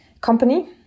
company